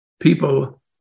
people